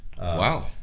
Wow